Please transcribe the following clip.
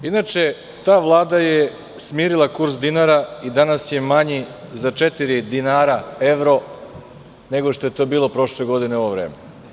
Inače, ta vlada je smirila kurs dinara i danas je manji za četiri dinara evro, nego što je to bilo prošle godine u ovo vreme.